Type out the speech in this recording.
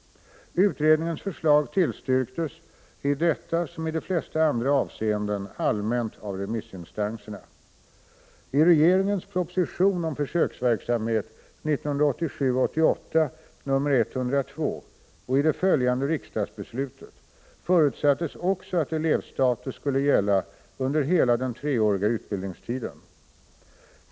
Utredningens förslag tillstyrktes i detta som i de flesta andra avseenden allmänt av remissinstanserna. I regeringens proposition om försöksverksamhet 1987/ 88:102 och i det följande riksdagsbeslutet förutsattes också att elevstatus skulle gälla under hela den treåriga utbildningstiden.